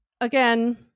again